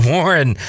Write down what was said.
Warren